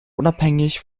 unabhängig